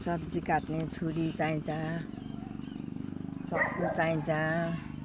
सब्जी काट्ने छुरी चाहिन्छ चक्कु चाहिन्छ